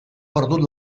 perdut